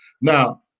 Now